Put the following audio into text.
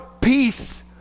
peace